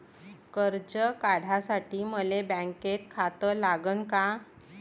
कर्ज काढासाठी मले बँकेत खातं लागन का?